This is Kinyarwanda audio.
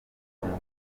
bwonko